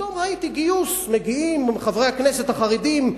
פתאום ראיתי גיוס, מגיעים חברי הכנסת החרדים.